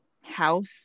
house